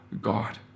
God